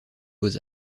beaux